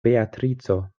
beatrico